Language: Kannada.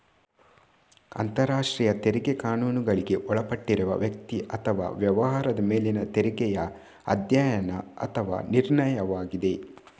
ಅಂತರರಾಷ್ಟ್ರೀಯ ತೆರಿಗೆ ಕಾನೂನುಗಳಿಗೆ ಒಳಪಟ್ಟಿರುವ ವ್ಯಕ್ತಿ ಅಥವಾ ವ್ಯವಹಾರದ ಮೇಲಿನ ತೆರಿಗೆಯ ಅಧ್ಯಯನ ಅಥವಾ ನಿರ್ಣಯವಾಗಿದೆ